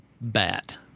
bat